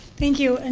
thank you. and